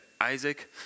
Isaac